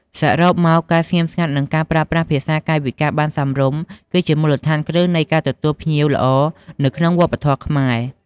សរុបមក ការស្ងៀមស្ងាត់ និងការប្រើប្រាស់ភាសាកាយវិការបានសមរម្យ គឺជាមូលដ្ឋានគ្រឹះនៃការទទួលភ្ញៀវល្អនៅក្នុងវប្បធម៌ខ្មែរ។